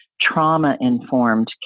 trauma-informed